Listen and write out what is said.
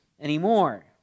anymore